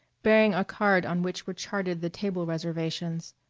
bearing a card on which were charted the table reservations.